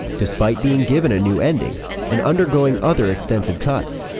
despite being given a new ending and undergoing other extensive cuts,